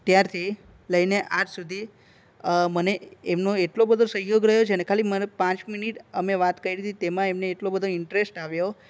ત્યારથી લઈને આજ સુધી મને એમનો એટલો બધો સહયોગ રહ્યો છે ને ખાલી મારે પાંચ મિનિટ અમે વાત કરી હતી તેમાં એમને એટલો બધો ઇન્ટરેસ્ટ આવ્યો